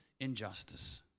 injustice